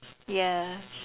ya